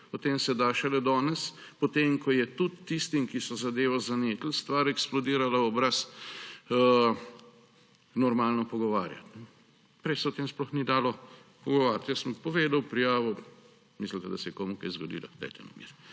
O tem se je možno šele danes, potem ko je tudi tistim, ki so zadevo zanetili, stvar eksplodirala v obraz, normalno pogovarjati. Prej se o tem sploh ni dalo pogovoriti. Jaz sem povedal, prijavil. Mislite, da se je komu kaj zgodilo?